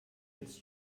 its